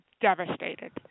devastated